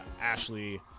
Ashley